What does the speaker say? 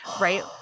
right